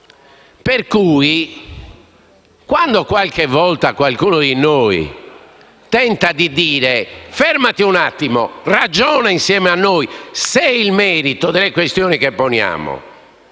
attuale. Qualche volta qualcuno di noi tenta di dire: fermati un attimo, ragiona insieme a noi sul merito delle questioni che poniamo,